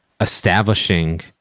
establishing